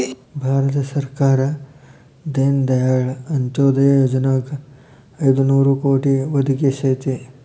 ಭಾರತ ಸರ್ಕಾರ ದೇನ ದಯಾಳ್ ಅಂತ್ಯೊದಯ ಯೊಜನಾಕ್ ಐದು ನೋರು ಕೋಟಿ ಒದಗಿಸೇತಿ